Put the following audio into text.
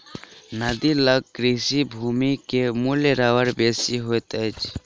नदी लग कृषि भूमि के मूल्य बड़ बेसी होइत अछि